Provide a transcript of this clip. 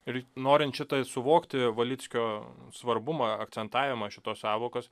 ir norinčių tai suvokti valickio svarbumą akcentavimą šitos sąvokos